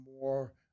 more